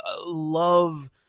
love